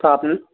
তো আপনি